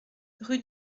rue